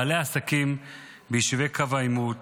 בעלי עסקים ביישובי קו העימות,